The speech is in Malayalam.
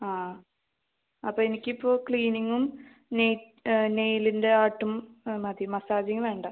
ആ അപ്പോൾ എനിക്കിപ്പോൾ ക്ലീനിങ്ങും നെയിൽ നെയിലിൻ്റെ ആർട്ടും മതി മസാജിങ്ങ് വേണ്ട